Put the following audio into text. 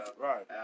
right